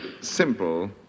Simple